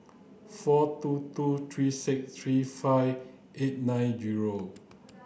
four two two three six three five eight nine zero